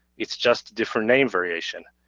it's just different name variation.